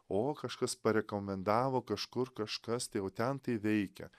o kažkas parekomendavo kažkur kažkas tai va ten tai veikia